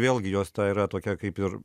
vėlgi jos ta yra tokia kaip ir